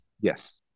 yes